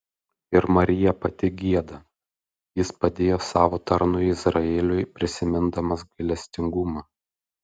ir marija pati gieda jis padėjo savo tarnui izraeliui prisimindamas gailestingumą